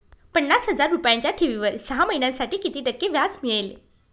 पन्नास हजार रुपयांच्या ठेवीवर सहा महिन्यांसाठी किती टक्के व्याज मिळेल?